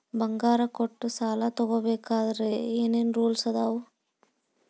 ಬಂಗಾರ ಕೊಟ್ಟ ಸಾಲ ತಗೋಬೇಕಾದ್ರೆ ಏನ್ ಏನ್ ರೂಲ್ಸ್ ಅದಾವು?